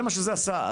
זה מה שזה עשה,